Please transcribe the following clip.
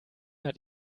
hat